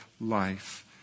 life